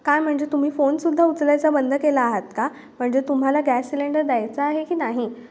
काय म्हणजे तुम्ही फोनसुद्धा उचलायचा बंद केला आहात का म्हणजे तुम्हाला गॅस सिलेंडर द्यायचा आहे की नाही